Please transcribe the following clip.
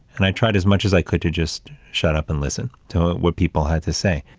and i tried as much as i could to just shut up and listen to what people had to say.